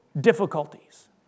difficulties